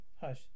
hush